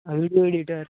video editor